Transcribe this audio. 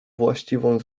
właściwą